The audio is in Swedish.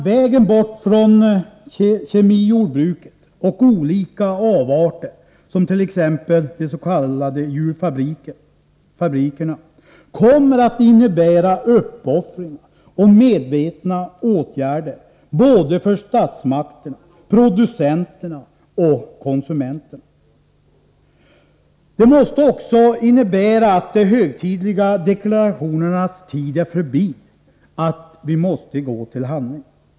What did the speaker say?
Vägen bort från kemijordbruket och olika avarter, som de s.k. djurfabrikerna, kommer att innebära uppoffringar och medvetna åtgärder för både statsmakterna, producenterna och konsumenterna. Det måste också innebära att de högtidliga deklarationernas tid är förbi, att vi måste gå till handling.